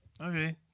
Okay